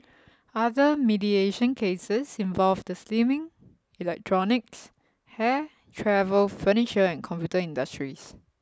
other mediation cases involved the slimming electronics hair travel furniture and computer industries